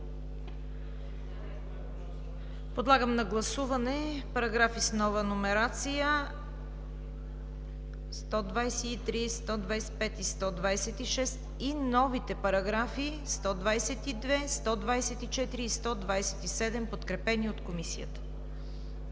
Подлагам на гласуване параграфи с нова номерация 123, 125 и 126 и новите параграфи 122, 124 и 127, подкрепени от Комисията.